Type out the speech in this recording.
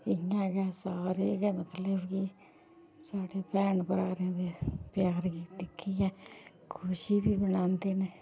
इ'यां गै सारे गै मतलब कि साढ़े भैन भ्राएं दे प्यार गी दिक्खियै खुशी बी मनांदे न